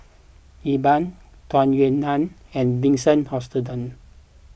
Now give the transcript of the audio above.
Iqbal Tung Yue Nang and Vincent Hoisington